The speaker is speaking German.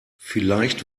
vielleicht